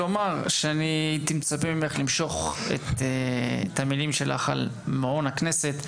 הייתי מצפה ממך למשוך את המילים שלך על מעון הכנסת.